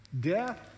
death